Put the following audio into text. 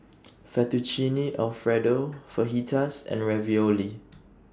Fettuccine Alfredo Fajitas and Ravioli